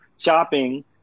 shopping